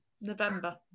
November